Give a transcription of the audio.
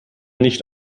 nicht